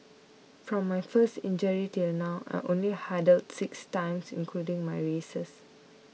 from my first injury till now I only hurdled six times including my races